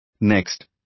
Next